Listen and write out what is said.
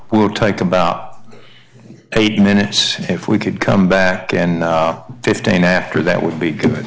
would take about eight minutes if we could come back in fifteen after that would be good